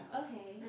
okay